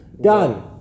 Done